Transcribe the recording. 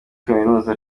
kaminuza